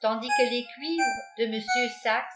tandis que les cuivres de mr sax